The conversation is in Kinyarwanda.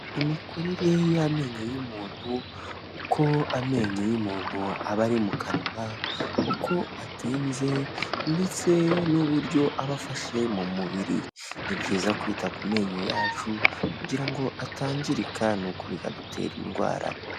Imikurire y'amenyo y'umuntu, uko amenyo y'umuntu aba ari mu kanwa, uko atenze ndetse n'uburyo abafashe mu mubiri. Ni byiza kwita ku menyo yacu kugira ngo atangirika n'uko bikadutera indwara.